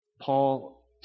Paul